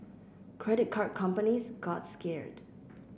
credit card companies got scared